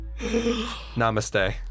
Namaste